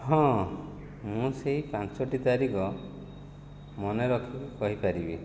ହଁ ମୁଁ ସେହି ପାଞ୍ଚଟି ତାରିଖ ମନେ ରଖି କହିପାରିବି